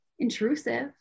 intrusive